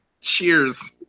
Cheers